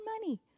money